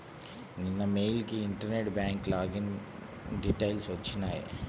నిన్న మెయిల్ కి internet bank login details వచ్చినియ్యి